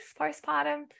postpartum